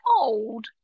old